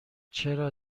چرا